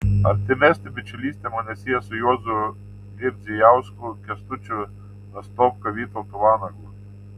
artimesnė bičiulystė mane sieja su juozu girdzijausku kęstučiu nastopka vytautu vanagu